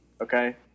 okay